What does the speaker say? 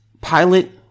pilot